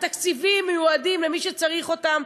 התקציבים מיועדים למי שצריך אותם,